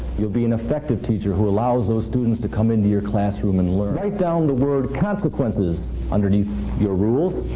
you'll be an effective teacher who allows those students to come into your classroom and learn. write down the word consequences underneath your rules.